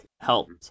helped